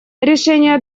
решения